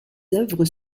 œuvres